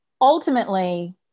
ultimately